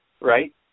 right